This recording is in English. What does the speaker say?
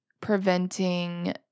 preventing